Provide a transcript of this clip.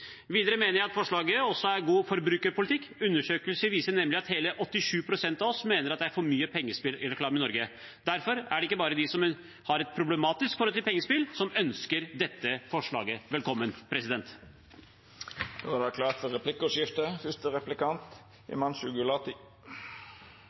Videre mener jeg at forslaget også er god forbrukerpolitikk. Undersøkelser viser nemlig at hele 87 pst. av oss mener det er for mye pengespillreklame i Norge. Derfor er det ikke bare de som har et problematisk forhold til pengespill som ønsker dette forslaget velkommen.